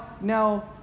now